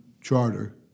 charter